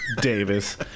Davis